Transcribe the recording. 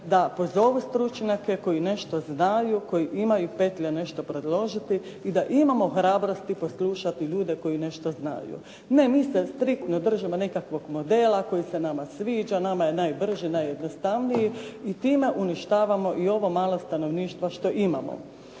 da pozovu stručnjake koji nešto znaju, koji imaju petlje nešto predložiti i da imamo hrabrosti poslušati ljude koji nešto znaju. Ne mi se striktno držimo nekakvog modela koji se nama sviđa, nama je najbrži, najjednostavniji i time uništavamo i ovo malo stanovništva što imamo.